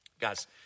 Guys